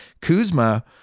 Kuzma